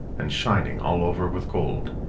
and shining all over with gold.